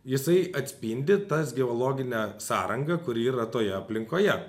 jisai atspindi tas geologinę sąrangą kuri yra toje aplinkoje